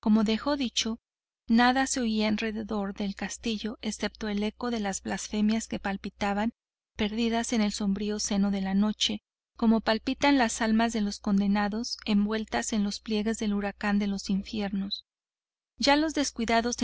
como dejo dicho nada se oía en derredor del castillo excepto el eco de las blasfemias que palpitaban perdidas en el sombrío seno de la noche como palpitan las almas de los condenados envueltas en los pliegues del huracán de los infiernos ya los descuidados